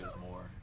more